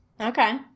Okay